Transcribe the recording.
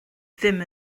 ddim